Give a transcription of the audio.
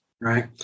right